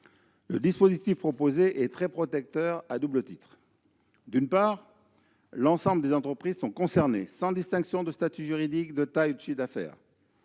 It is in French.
Le dispositif proposé est très protecteur, à double titre. D'une part, l'ensemble des entreprises sont concernées, sans distinction de statut juridique, de taille ou de chiffres d'affaires.